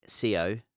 CO